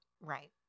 Right